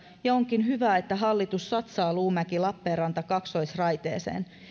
ja onkin hyvä että hallitus satsaa luumäki lappeenranta kaksoisraiteeseen